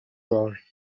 war